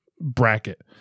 bracket